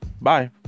Bye